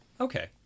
Okay